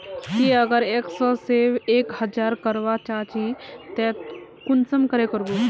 ती अगर एक सो से एक हजार करवा चाँ चची ते कुंसम करे करबो?